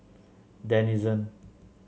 denizen